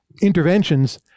interventions